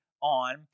on